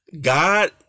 God